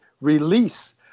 release